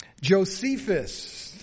Josephus